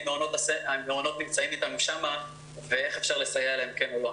המעונות נמצאים אתנו שם ואיך אפשר לסייע להם כן או לא.